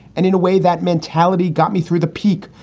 and in a way, that mentality got me through the peak.